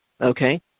okay